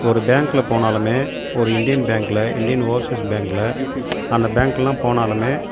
ஒரு பேங்க்கில் போனாலுமே ஒரு இந்தியன் பேங்க்கில் இந்தியன் ஓவர்ஸீஸ் பேங்க்கில் அந்த பேங்கில்லாம் போனாலுமே